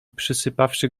przysypawszy